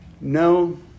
no